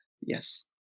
yes